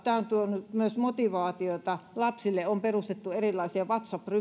tämä on tuonut myös motivaatiota lapsille on perustettu erilaisia whatsapp